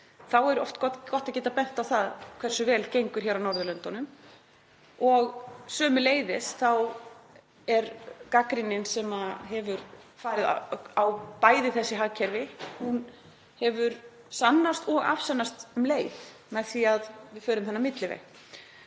er oft gott að geta bent á það hversu vel gengur á Norðurlöndunum. Sömuleiðis hefur gagnrýnin sem hefur verið á bæði þessi hagkerfi sannast og afsannast um leið með því að við förum þennan milliveg.